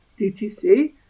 DTC